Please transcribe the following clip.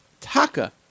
taka